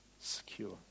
secure